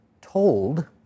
told